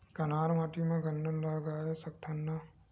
कन्हार माटी म गन्ना लगय सकथ न का?